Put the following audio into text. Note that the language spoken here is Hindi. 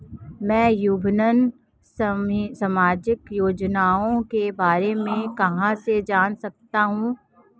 मैं विभिन्न सामाजिक योजनाओं के बारे में कहां से जान सकता हूं?